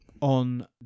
on